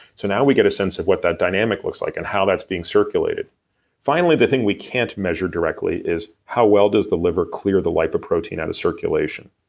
so now we get a sense of what that dynamic looks like and how that's being circulated finally, the thing we can't measure directly is how well does the liver clear the lipoprotein out of circulation.